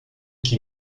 qui